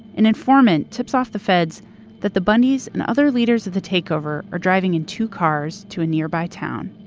an informant tips off the feds that the bundys and other leaders of the takeover are driving in two cars to a nearby town.